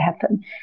happen